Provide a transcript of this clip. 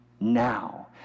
now